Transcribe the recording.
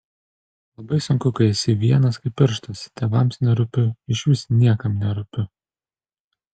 labai sunku kai esi vienas kaip pirštas tėvams nerūpiu išvis niekam nerūpiu